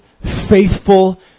faithful